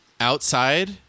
outside